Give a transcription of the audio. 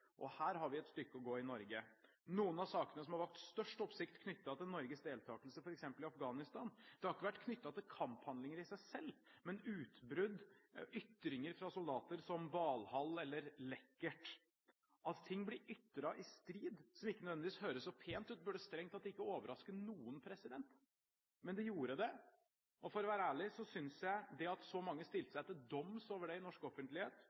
Her har vi et stykke å gå i Norge. Noen av sakene som har vakt størst oppsikt knyttet til Norges deltakelse f.eks. i Afghanistan, har ikke vært knyttet til kamphandlinger i seg selv, men til utbrudd og ytringer fra soldater som «Valhall» eller «lekkert». At ting blir ytret i strid som ikke nødvendigvis høres så pent ut, burde strengt tatt ikke overraske noen. Men det gjorde det, og for å være ærlig synes jeg at det at så mange stilte seg til doms over det i norsk offentlighet,